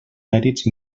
mèrits